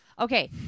Okay